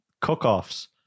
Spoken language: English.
cook-offs